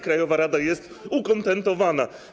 Krajowa rada jest ukontentowana.